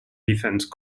defence